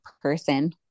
person